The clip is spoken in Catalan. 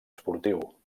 esportiu